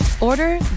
Order